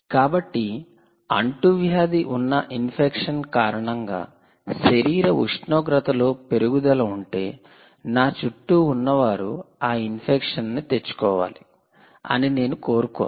కాబట్టి అంటువ్యాధి ఉన్న ఇన్ఫెక్షన్ కారణంగా శరీర ఉష్ణోగ్రతలో పెరుగుదల ఉంటే నా చుట్టూ ఉన్నవారు ఆ ఇన్ఫెక్షన్ను తెచ్చుకోవాలి అని నేను కోరుకోను